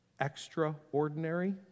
extraordinary